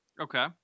Okay